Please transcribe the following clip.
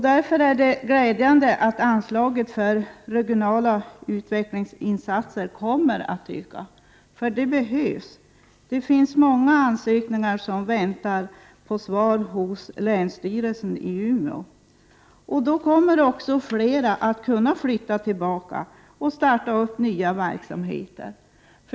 Därför är det glädjande att anslaget för regionala utvecklingsinsatser kommer att öka. Det behövs, eftersom det finns många ansökningar hos länsstyrelsen i Umeå som väntar på svar. Genom ökat stöd kommer också flera att kunna flytta tillbaka och starta nya verksamheter.